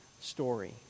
story